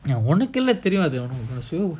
உனக்குல்லதெரியும்அது:unakkulla theriyum adhu